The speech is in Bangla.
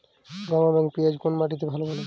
গম এবং পিয়াজ কোন মাটি তে ভালো ফলে?